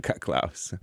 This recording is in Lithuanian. ką klausi